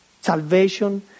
salvation